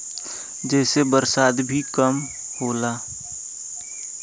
जेसे बरसात भी कम होला